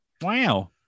Wow